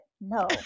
No